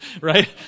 right